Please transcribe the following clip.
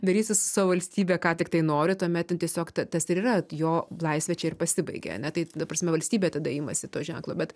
darysi su savo valstybe ką tiktai nori tuomet nu tiesiog tas ir yra jo laisvė čia ir pasibaigia ane tai ta prasme valstybė tada imasi to ženklo bet